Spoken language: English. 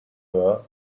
her